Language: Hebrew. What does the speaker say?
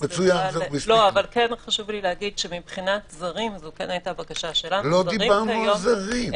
אבל מבחינת זרים זו כן היתה בקשה- - לא דיברנו על זרים.